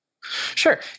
Sure